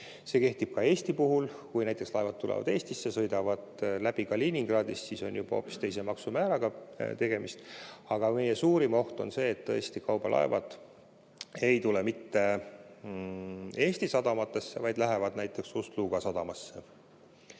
See kehtib ka Eesti puhul. Kui näiteks laevad tulevad Eestisse, sõidavad läbi Kaliningradist, siis on juba hoopis teise maksumääraga tegemist. Aga meie suurim oht on see, et kaubalaevad ei tule mitte Eesti sadamatesse, vaid lähevad näiteks Ust-Luga sadamasse.